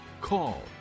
call